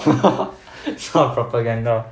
it's not propaganda